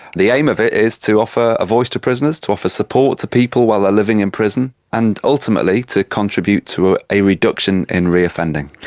the aim of it is to offer a voice to prisoners, to offer support to people while they are living in prison and ultimately to contribute to ah a reduction in reoffending.